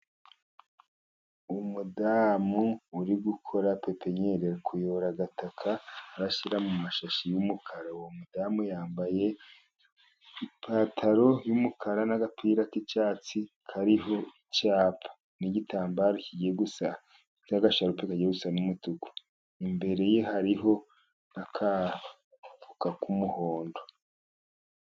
Umudamu uri gukora pipiniyeri, ari kuyora agataka arashyira mu mashashi y'umukara, uwo mudamu yambaye ipantaro y'umukara, n'agapira k'icyatsi kariho icyapa, n'igitambaro kigiye gusa n'agasharupe kagiye gusa n'umutuku, imbere ye hariho n'agafuka k'umuhondo.